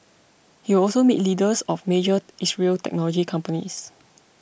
he will also meet leaders of major Israeli technology companies